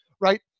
Right